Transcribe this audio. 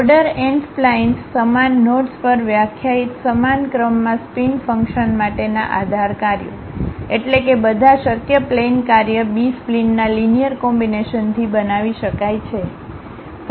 order n splines સમાન nodes પર વ્યાખ્યાયિત સમાન ક્રમમાં સ્પિન ફંક્શન માટેના આધાર કાર્યો એટલે કે બધા શક્ય પ્લેઇન કાર્ય બી સ્પ્લિનના લીનીઅર કોમ્બિનેશનથી બનાવી શકાય છે